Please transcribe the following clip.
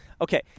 Okay